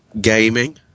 Gaming